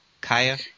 Kaya